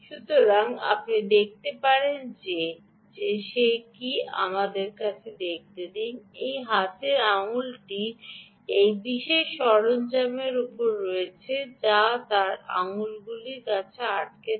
সুতরাং আপনি দেখতে পারেন যে সে কী তা আমাদের দেখতে দিন এই হাতের আঙুলটি এই বিশেষ সরঞ্জামের উপর রয়েছে যা সে তার আঙ্গুলগুলিতে আটকে আছে